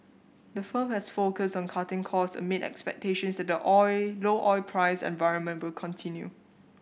the firm has focused on cutting costs amid expectations that the oil low oil price environment will continue